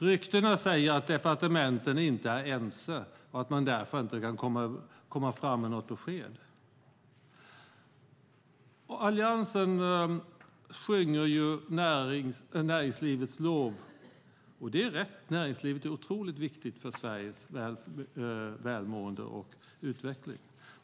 Ryktena säger att departementen inte är ense och att man därför inte kan komma fram med något besked. Alliansen sjunger näringslivets lov. Och det är rätt - näringslivet är otroligt viktigt för Sveriges välmående och utveckling.